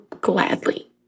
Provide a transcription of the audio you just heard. gladly